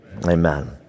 Amen